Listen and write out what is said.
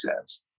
says